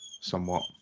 somewhat